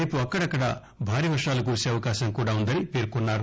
రేపు అక్కడక్కడా భారీ వర్వాలు కురిసే అవకాశం కూడా ఉందని పేర్కొన్నారు